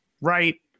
right